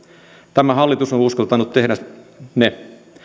tämä hallitus on uskaltanut tehdä ne